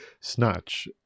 Snatch